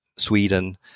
Sweden